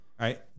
right